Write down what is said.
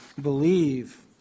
believe